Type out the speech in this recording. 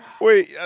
Wait